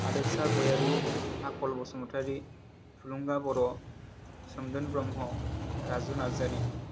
हादोरसा गयारि आखल बसुमतारी थुलुंगा बर' सोमदोन ब्रह्म राजु नार्जारि